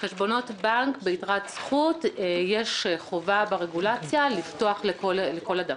חשבונות בנק ביתרת זכות יש חובה ברגולציה לפתוח לכל אדם.